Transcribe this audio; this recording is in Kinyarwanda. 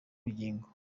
bugingo